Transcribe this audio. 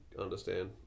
understand